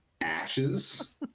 ashes